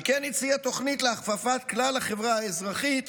ועל כן הציע תוכנית להכפפת כלל החברה האזרחית